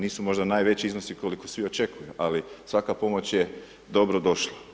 Nisu možda najveći iznosi koliko svi očekuju, ali svaka pomoć je dobrodošla.